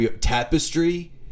Tapestry